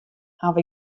haw